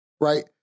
right